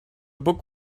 book